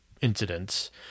incidents